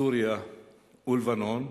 סוריה ולבנון,